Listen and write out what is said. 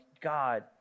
God